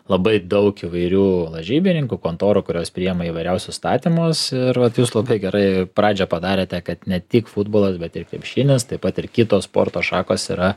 labai daug įvairių lažybininkų kontorų kurios priėma įvairiausius statymus ir vat jūs labai gerai pradžią padarėte kad ne tik futbolas bet ir krepšinis taip pat ir kitos sporto šakos yra